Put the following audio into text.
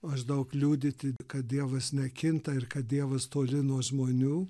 maždaug liudyti kad dievas nekinta ir kad dievas toli nuo žmonių